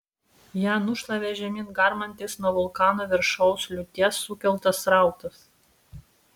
ją nušlavė žemyn garmantis nuo vulkano viršaus liūties sukeltas srautas